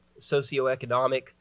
socioeconomic